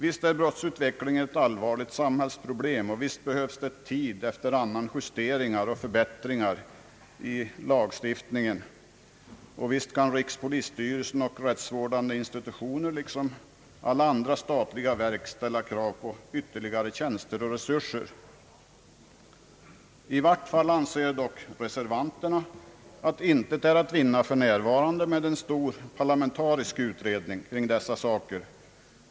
Visst är brottsutvecklingen ett allvarligt samhällsproblem, visst behövs det tid efter annan justeringar och förbättringar i lagstiftningen och visst kan rikspolisstyrelsen och rättsvårdande institutioner liksom alla andra statliga verk ställa krav på ytterligare tjänster och resurser. I vart fall anser dock reservanterna, att intet är att vinna för närvarande med en stor parlamentarisk utredning kring dessa saker.